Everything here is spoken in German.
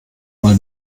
mal